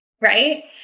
Right